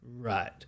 Right